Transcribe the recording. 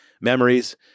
memories